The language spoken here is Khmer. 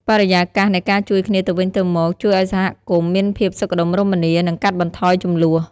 បរិយាកាសនៃការជួយគ្នាទៅវិញទៅមកជួយឲ្យសហគមន៍មានភាពសុខដុមរមនា និងកាត់បន្ថយជម្លោះ។